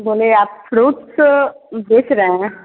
बोले आप फ्रूट्स बेच रहे हैं